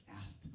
asked